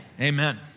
Amen